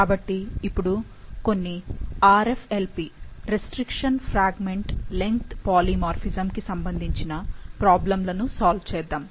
కాబట్టి ఇపుడు కొన్ని RFLP restriction fragment length polymorphism కి సంబంధించిన ప్రాబ్లమ్ లను సాల్వ్ చేద్దాము